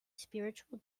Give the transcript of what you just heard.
spiritual